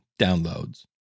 downloads